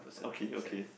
okay okay